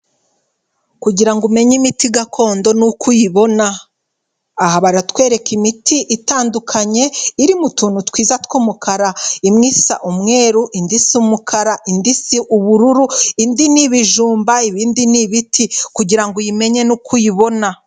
Kugira ngo umenye imiti gakondo ni uko uyibona. Aha baratwereka imiti itandukanye, iri mu tuntu twiza tw'umukara, imwe isa umweru, indi isa umukara, indi isa ubururu, indi ni ibijumba, ibindi ni ibiti, kugira ngo uyimenye ni uko uyibona.